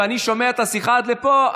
ואני שומע את השיחה עד לפה,